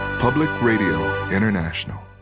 public radio international.